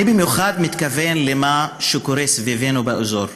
אני במיוחד מתכוון למה שקורה סביבנו באזור,